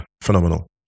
Phenomenal